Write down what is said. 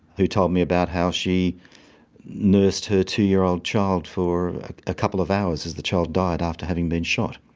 who told me about how she nursed her two year old child for a couple of hours as the child died after having been shot.